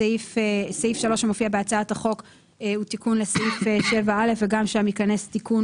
סעיף 3 שמופיע בהצעת החוק הוא תיקון לסעיף 7א וגם שם ייכנס תיקון